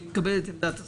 אני מקבל את עמדת השר.